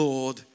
Lord